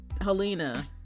helena